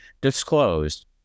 disclosed